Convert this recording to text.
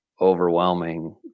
overwhelming